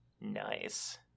Nice